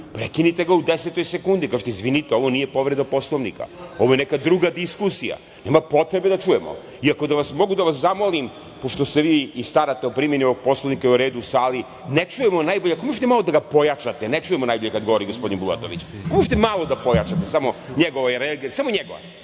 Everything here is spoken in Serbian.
prekinite ga u desetoj sekundi, kažite – izvinite, ovo nije povreda Poslovnika, ovo je neka druga diskusija, nema potrebe da čujemo. Ako mogu da vas zamolim, pošto ste vi i starate o primeni ovog Poslovnika i o redu u sali, ne čujemo najbolje, ako može da ga malo pojačate, ne čujemo najbolje kada govori gospodin Bulatović? Možete li malo da pojačate njegov, samo njegov,